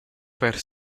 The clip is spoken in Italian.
per